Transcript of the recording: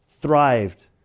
thrived